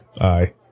Aye